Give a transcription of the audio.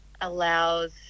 allows